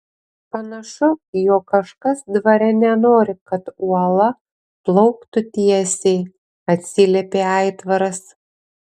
panašu jog kažkas dvare nenori kad uola plauktų tiesiai atsiliepė aitvaras